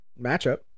matchup